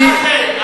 אני, מה זה?